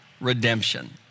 redemption